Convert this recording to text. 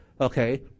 okay